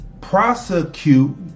prosecute